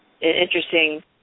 interesting